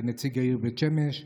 כנציג העיר בית שמש,